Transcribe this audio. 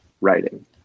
writing